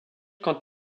quant